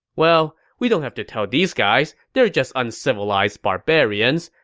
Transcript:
well, we don't have to tell these guys. they're just uncivilized barbarians.